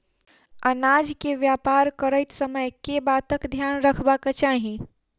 अनाज केँ व्यापार करैत समय केँ बातक ध्यान रखबाक चाहि?